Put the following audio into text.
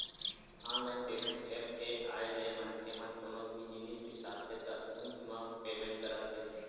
online payment apps के आए ले मनखे मन कोनो भी जिनिस बिसाथे त उहींच म पेमेंट करत हे